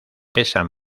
pesan